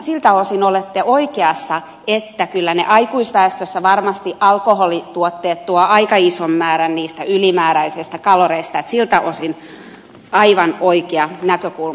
siltä osin olette oikeassa että kyllä aikuisväestössä varmasti ne alkoholituotteet tuovat aika ison määrän niistä ylimääräisistä kaloreista niin että siltä osin aivan oikea näkökulma